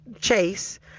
Chase